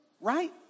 right